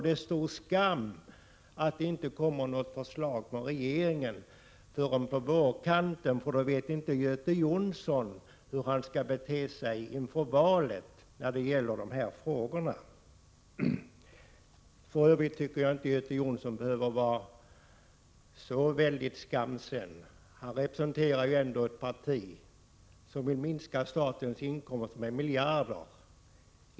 Det är stor skam att det inte kommer något förslag från regeringen förrän fram på vårkanten — det gör ju att Göte Jonsson inte vet hur han skall bete sig inför valet i dessa frågor. Jag tycker inte att Göte Jonsson behöver vara så väldigt skamsen. Han representerar ju ändå ett parti som vill minska statens inkomster med miljarder.